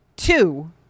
Two